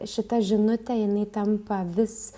šita žinutė jinai tampa vis